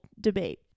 debate